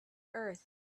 earth